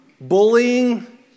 bullying